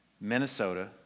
Minnesota